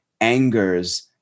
angers